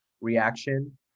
reaction